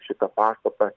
šitą pastatą